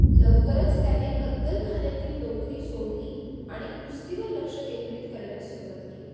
लवकरच त्याने कत्तलखान्यातील नोकरी सोडली आणि कुस्तीवर लक्ष केंद्रित करण्यास सुरुवात केली